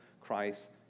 Christ